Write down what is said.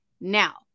Now